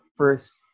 first